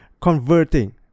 converting